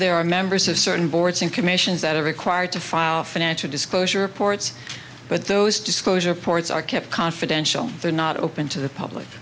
there are members of certain boards and commissions that are required to file financial disclosure ports but those disclosure ports are kept confidential they're not open to the public